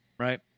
right